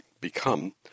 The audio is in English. become